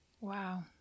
Wow